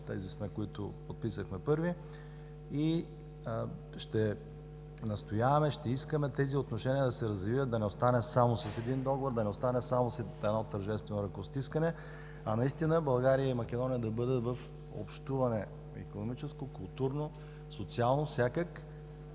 тези сме, които подписахме първи и ще настояваме, ще искаме тези отношения да се развиват, да не остане само с един договор, да не остане само с едно тържествено ръкостискане, а наистина България и Македония да бъдат в общуване – икономическо, културно, социално, всякак.